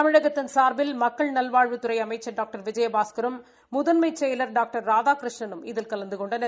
தமிழகத்தின் சா்பில் மக்கள் நல்வாழ்வுத்துறையின் அமைச்சர் டாக்டர் விஜயபாஸ்கரும் முதன்மை செயலர் டாக்டர் ராதாகிருஷ்ணனும் இதில் கலந்து கொண்டனர்